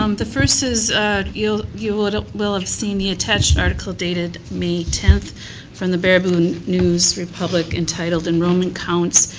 um the first is you will you will and ah have seen the attached article dated may ten from the baraboo news republic entitled enrollment counts,